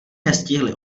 nestihli